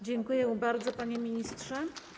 Dziękuję bardzo, panie ministrze.